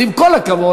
אז עם כל הכבוד,